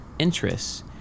interests